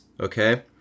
okay